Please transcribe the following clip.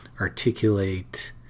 articulate